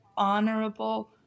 honorable